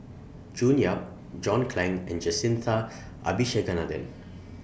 June Yap John Clang and Jacintha Abisheganaden